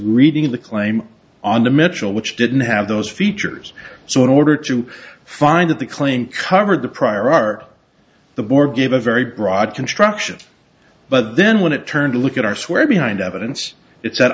reading the claim on the mitchell which didn't have those features so in order to find that the claim covered the prior art the board gave a very broad construction but then when it turned to look at our swear behind evidence it